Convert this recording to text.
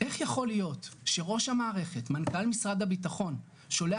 איך יכול להיות שראש המערכת מנכ"ל משרד הביטחון שולח